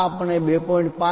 આ આપણે 2